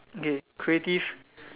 okay creative